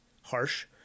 Harsh